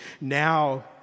Now